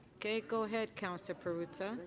okay. go ahead, councillor perruzza.